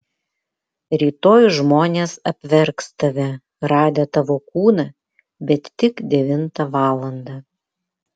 rytoj žmonės apverks tave radę tavo kūną bet tik devintą valandą